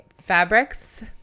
fabrics